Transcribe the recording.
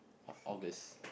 or August